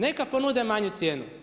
Neka ponude manju cijenu.